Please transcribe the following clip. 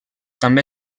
també